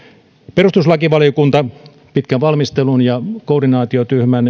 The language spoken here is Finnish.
perustuslakivaliokunta pitkän valmistelun ja koordinaatiotyöryhmän